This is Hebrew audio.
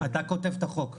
אתה כותב את החוק.